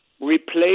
replace